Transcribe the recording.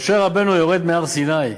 משה רבנו יורד מהר-סיני,